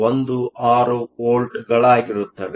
16 ವೋಲ್ಟ್ಗಳಾಗಿರುತ್ತವೆ